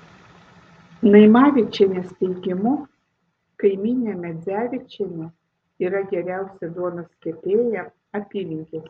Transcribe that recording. naimavičienės teigimu kaimynė medzevičienė yra geriausia duonos kepėja apylinkėse